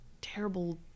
terrible